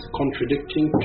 contradicting